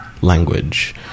Language